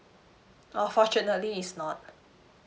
oh fortunately is not